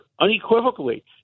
unequivocally